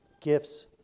Gifts